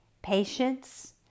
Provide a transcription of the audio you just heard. patience